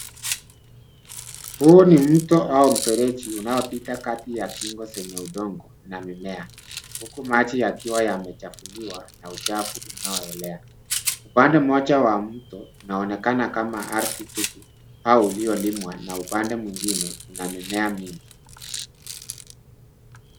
Huu ni mto au mfereji unaopita kati ya kingo zenye udongo na mimea uku maji yakiwa yamechafuliwa na uchafu unaoelea. Upande mmoja wa mto unaonekana ardhi tupu au uliolimwa na upande mwingine una mimea mingi.